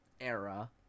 era